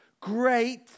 great